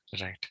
Right